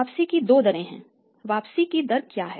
वापसी की दो दरें हैं रिटर्न की दर क्या है